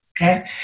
Okay